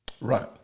Right